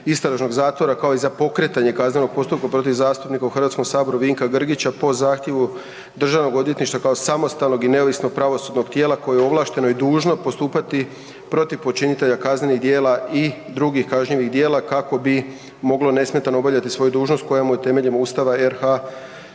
istražnog zatvora kao i za pokretanje kaznenog postupka protiv zastupnika u HS-u Vinka Grgića po zahtjevu DORH-a kao samostalnog i neovisnog pravosudnog tijela koje je ovlašteno i dužno postupati protiv počinitelja kaznenih djela i drugih kažnjivih djela kako bi moglo nesmetano obavljati svoju dužnost koja mu je temeljen Ustava RH